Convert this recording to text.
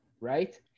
right